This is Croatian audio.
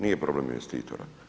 Nije problem investitora.